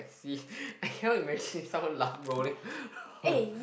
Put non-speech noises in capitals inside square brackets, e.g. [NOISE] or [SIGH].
see [BREATH] I cannot imagine someone laugh rolling